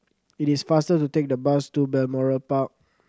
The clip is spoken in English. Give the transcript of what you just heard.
it is faster to take the bus to Balmoral Park